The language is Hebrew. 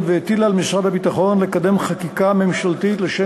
והטילה על משרד הביטחון לקדם חקיקה ממשלתית לשם,